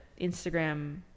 Instagram